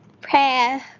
prayer